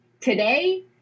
Today